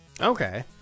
Okay